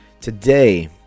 Today